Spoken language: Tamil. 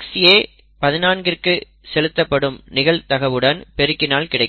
Xa 14 கிற்கு செலுத்தப்படும் நிகழ்தகவுடன் பெருக்கினால் கிடைக்கும்